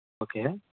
okay